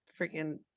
freaking